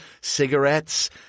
Cigarettes